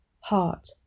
HEART